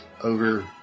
over